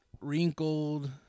wrinkled